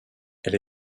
elle